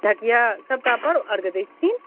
ढकिआ सबटापर ओ अर्घ्य दै छथिन